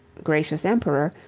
gracious emperor,